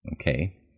Okay